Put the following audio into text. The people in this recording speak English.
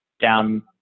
down